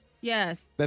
Yes